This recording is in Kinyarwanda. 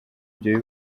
ibyo